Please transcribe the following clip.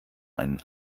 einen